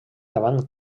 davant